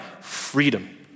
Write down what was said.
Freedom